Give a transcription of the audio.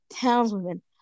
townswomen